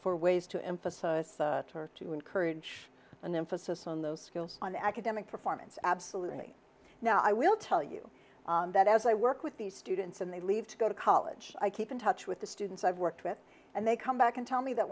for ways to emphasize to encourage an emphasis on those skills on academic performance absolutely now i will tell you that as i work with these students and they leave to go to college i keep in touch with the students i've worked with and they come back and tell me that